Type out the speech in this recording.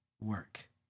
work